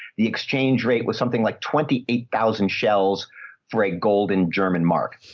the exchange rate was something like twenty eight thousand shells for a golden german mark.